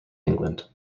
england